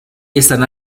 están